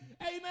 amen